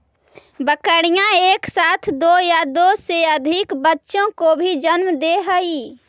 बकरियाँ एक साथ दो या दो से अधिक बच्चों को भी जन्म दे हई